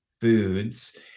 foods